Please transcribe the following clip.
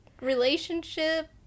relationship